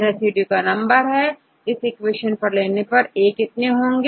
reduce के number तो इस इक्वेशन को लेने पर कितने A होंगे